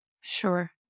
Sure